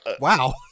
wow